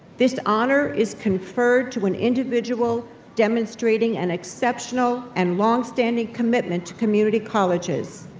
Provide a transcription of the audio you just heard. this honor is conferred to an individual demonstrating an exceptional and longstanding commitment to community colleges.